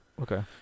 Okay